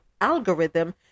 algorithm